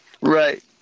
Right